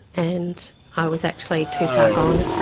and i was actually too far gone,